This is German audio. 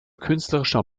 künstlerischer